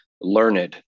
learned